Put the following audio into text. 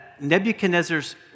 Nebuchadnezzar's